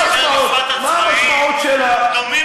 שיעורי ההרשעות בבתי-משפט הצבאיים דומים